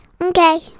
Okay